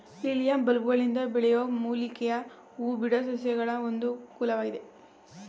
lilium ಬಲ್ಬ್ಗಳಿಂದ ಬೆಳೆಯೋ ಮೂಲಿಕೆಯ ಹೂಬಿಡೋ ಸಸ್ಯಗಳ ಒಂದು ಕುಲವಾಗಿದೆ